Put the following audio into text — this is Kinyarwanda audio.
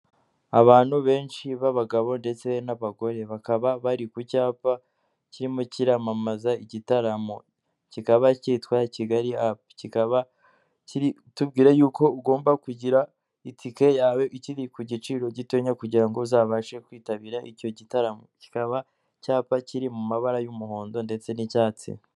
Abantu benshi b'abagabo ndetse n'abagore bakaba bari ku cyapa kirimo kiramamaza igitaramo kikaba cyitwa Kigali kikaba kirikutubwira y'uko ugomba kugura itike yawe ikiri ku giciro gito kugira ngo uzabashe kwitabira icyo gitaramo kikaba cyapa kiri mu mabara y'umuhondo ndetse n'icyatsi.